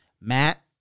Matt